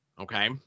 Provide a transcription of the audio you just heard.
Okay